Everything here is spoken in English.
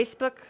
Facebook